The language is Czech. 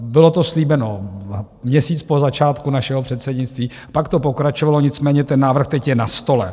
Bylo to slíbeno měsíc po začátku našeho předsednictví, pak to pokračovalo, nicméně ten návrh teď je na stole.